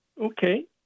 Okay